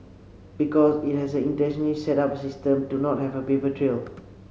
because it has an intentionally set up system to not have a paper trail